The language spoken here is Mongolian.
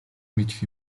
мэдэх